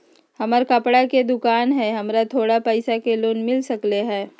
हमर कपड़ा के दुकान है हमरा थोड़ा पैसा के लोन मिल सकलई ह?